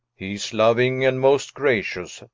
hee's louing and most gracious.